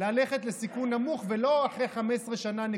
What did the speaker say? ללכת לסיכון נמוך ולא אחרי 15 שנה.